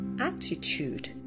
attitude